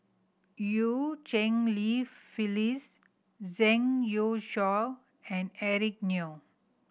Eu Cheng Li Phyllis Zhang Youshuo and Eric Neo